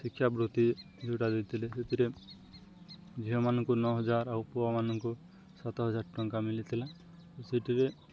ଶିକ୍ଷାବୃତ୍ତି ଯେଉଁଟା ଦେଇଥିଲେ ସେଥିରେ ଝିଅମାନଙ୍କୁ ନଅ ହଜାର ଆଉ ପୁଅମାନଙ୍କୁ ସାତ ହଜାର ଟଙ୍କା ମିଳିଥିଲା ସେଥିରେ